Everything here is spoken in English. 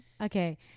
Okay